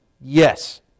yes